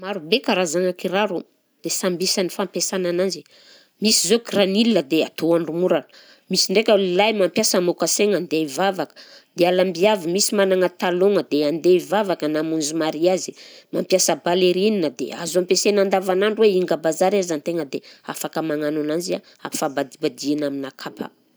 Marobe karazagna kiraro, dia samby isan'ny fampiasana ananjy, misy zao kiranila dia atao andro morana, misy ndraika lelahy mampiasa mocassin-gna andeha hivavaka, dia alam-biavy misy managna talon-gna dia andeha hivavaka, na hamonjy mariazy, mampiasa ballerine dia azo ampiasaina andavanandro hoe hinga bazary aza an-tegna dia afaka magnano ananjy a ampifabadibadihana aminà kapa.